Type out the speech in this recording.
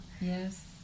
yes